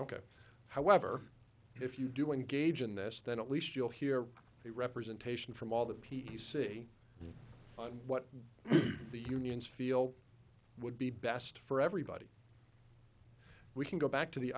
ok however if you do engage in this then at least you'll hear a representation from all the p c on what the unions feel would be best for everybody we can go back to the